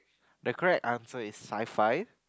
the correct answer is sci fi